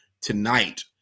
tonight